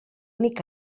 únic